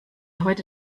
heute